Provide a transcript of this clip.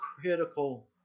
critical